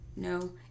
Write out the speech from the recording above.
No